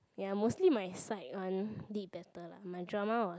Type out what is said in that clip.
ya mostly my side one did better lah my drama was